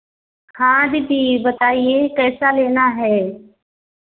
हाँ दीदी बताइए कैसा लेना है